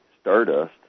Stardust